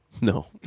No